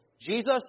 Jesus